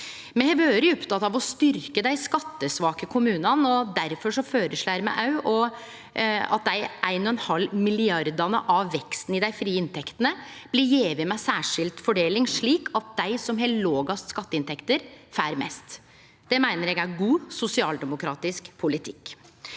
vore opptekne av å styrkje dei skattesvake kommunane. Difor føreslår me òg at 1,5 mrd. kr av veksten i dei frie inntektene blir gjevne med særskild fordeling, slik at dei som har lågast skatteinntekter, får mest. Det meiner eg er god sosialdemokratisk politikk.